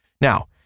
Now